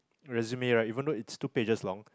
resume right even though it's two pages long